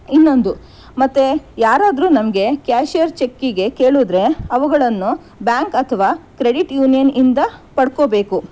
ಇನ್ನೊಂದು ಮತ್ತೆ ಯಾರಾದರೂ ನಮಗೆ ಕ್ಯಾಶಿಯರ್ ಚೆಕ್ಕಿಗೆ ಕೇಳಿದರೆ ಅವುಗಳನ್ನು ಬ್ಯಾಂಕ್ ಅಥವಾ ಕ್ರೆಡಿಟ್ ಯೂನಿಯನ್ನಿಂದ ಪಡ್ಕೊಬೇಕು